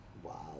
Wow